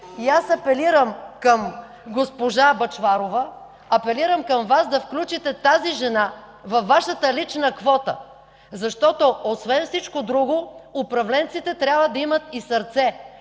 ГЕРБ. Апелирам към госпожа Бъчварова, апелирам към Вас да включите тази жена във Вашата лична квота, защото, освен всичко друго, управленците трябва да имат и сърце.